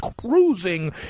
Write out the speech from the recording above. cruising